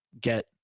get